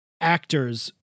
actors